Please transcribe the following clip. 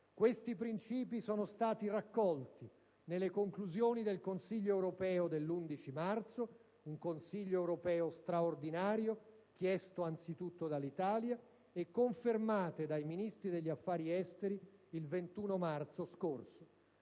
Questi principi sono stati raccolti nelle conclusioni del Consiglio europeo dell'11 marzo scorso (un Consiglio europeo straordinario chiesto anzitutto dall'Italia) e confermati dai Ministri degli affari esteri il 21 marzo scorso.